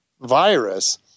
virus